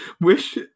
wish